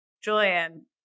Julian